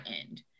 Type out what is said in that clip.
end